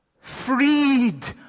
freed